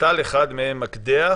נטל אחד מהם מקדח